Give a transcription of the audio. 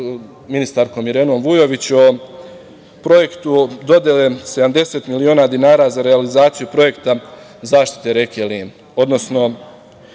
ministarkom Irenom Vujović o projektu dodele 70 miliona dinara za realizaciju projekta zaštite reke Lim, odnosno